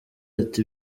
ati